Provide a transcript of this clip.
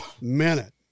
minute